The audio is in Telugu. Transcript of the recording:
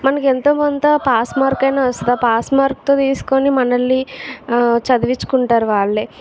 మనకు ఎంతోకొంత పాస్ మార్క్ వస్తుంది ఆ పాస్ మార్క్ తో తీసుకొని మనల్ని చదివించుకుంటారు వాళ్ళే